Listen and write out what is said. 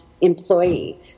employee